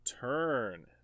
turn